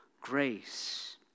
grace